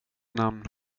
namn